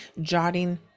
jotting